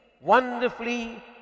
wonderfully